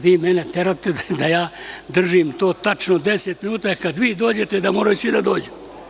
Vi mene terate da ja držim to tačno deset minuta, kada vi dođete da moraju da svi dođu.